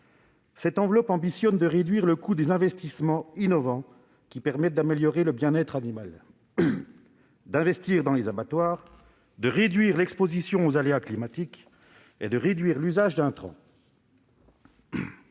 Cette enveloppe répond à l'ambition de réduire le coût des investissements innovants qui permettent d'améliorer le bien-être animal, d'investir dans les abattoirs, de diminuer l'exposition aux aléas climatiques et de réduire l'usage d'intrants.